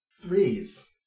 Threes